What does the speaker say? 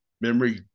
memory